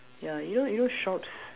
ya you know you know shops